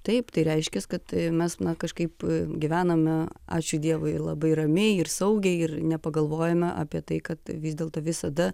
taip tai reiškias kad mes kažkaip gyvename ačiū dievui labai ramiai ir saugiai ir nepagalvojame apie tai kad vis dėlto visada